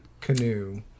canoe